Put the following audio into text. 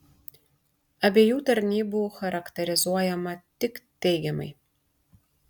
abiejų tarnybų charakterizuojama tik teigiamai